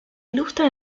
ilustra